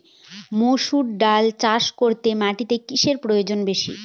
মুসুর ডাল চাষ করতে মাটিতে কিসে প্রয়োজন বেশী?